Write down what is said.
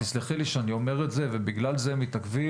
תסלחי לי שאני אומר את זה ובגלל זה מתעכבים,